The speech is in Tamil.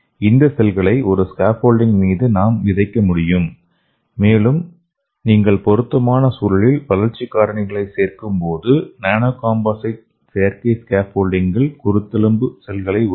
இந்த செல்களை ஒரு ஸ்கேப்போல்டிங் மீது நாம் விதைக்க முடியும் மேலும் நீங்கள் பொருத்தமான சூழலில் வளர்ச்சி காரணிகளைச் சேர்க்கும்போது நானோகாம்போசைட் செயற்கை ஸ்கேப்போல்டிங்கில் குருத்தெலும்பு செல்களை உருவாக்கும்